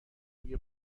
روی